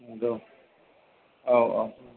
नंगौ औ औ